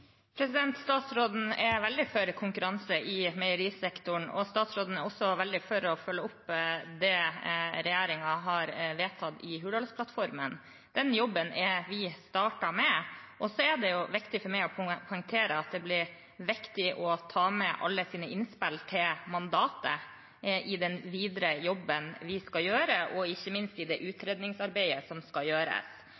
meierisektoren. Statsråden er også veldig for å følge opp det regjeringen har vedtatt i Hurdalsplattformen. Den jobben har vi startet med. Så er det viktig for meg å poengtere at det blir viktig å ta med alle innspill til mandatet i den videre jobben vi skal gjøre, ikke minst i det